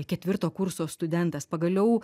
ketvirto kurso studentas pagaliau